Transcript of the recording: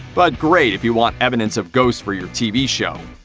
but great if you want evidence of ghosts for your tv show.